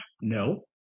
No